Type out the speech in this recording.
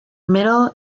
middle